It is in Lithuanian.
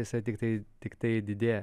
jisai tiktai tiktai didėja